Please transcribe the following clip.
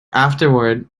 afterward